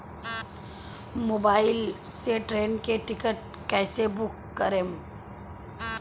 Mobile से train के ticket कैसे बूक करेम?